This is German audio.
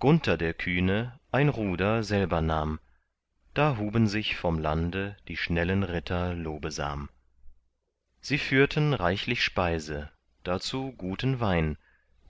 gunther der kühne ein ruder selber nahm da huben sich vom lande die schnellen ritter lobesam sie führten reichlich speise dazu guten wein